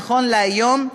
נכון להיום,